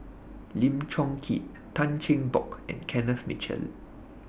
Lim Chong Keat Tan Cheng Bock and Kenneth Mitchell